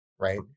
right